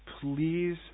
Please